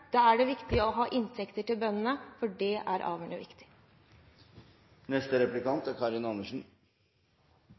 viktig å ha inntekter til bøndene – det er avgjørende viktig.